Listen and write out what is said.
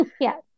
Yes